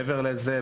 מעבר לזה,